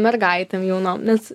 mergaitėm jaunom nes